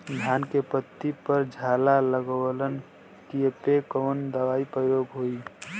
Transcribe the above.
धान के पत्ती पर झाला लगववलन कियेपे कवन दवा प्रयोग होई?